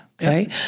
Okay